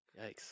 Yikes